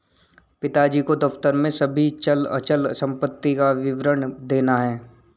पिताजी को दफ्तर में सभी चल अचल संपत्ति का विवरण देना है